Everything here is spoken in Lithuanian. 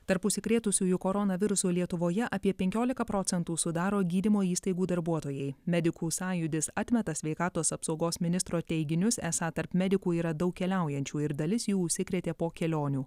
tarp užsikrėtusiųjų koronavirusu lietuvoje apie penkioliką procentų sudaro gydymo įstaigų darbuotojai medikų sąjūdis atmeta sveikatos apsaugos ministro teiginius esą tarp medikų yra daug keliaujančių ir dalis jų užsikrėtė po kelionių